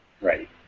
Right